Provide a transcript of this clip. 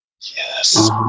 Yes